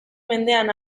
mendean